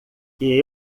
que